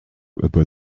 about